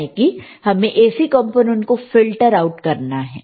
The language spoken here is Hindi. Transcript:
यानी कि हमें AC कंपोनेंट को फिल्टर आउट करना है